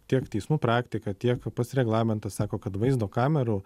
tiek teismų praktika tiek pats reglamentas sako kad vaizdo kamerų